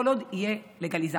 כל עוד תהיה לגליזציה.